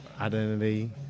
identity